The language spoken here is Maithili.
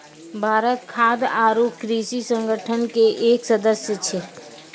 भारत खाद्य आरो कृषि संगठन के एक सदस्य छै